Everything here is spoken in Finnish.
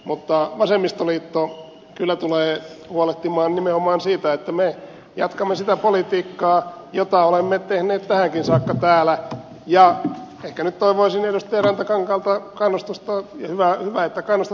mutta vasemmistoliitto kyllä tulee huolehtimaan nimenomaan siitä että me jatkamme sitä politiikkaa jota olemme tehneet tähänkin saakka täällä ja ehkä nyt toivoisin edustaja rantakankaalta kannustusta ja hyvä että kannustatte meitä nyt